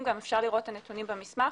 אפשר גם לראות את הנתונים במסמך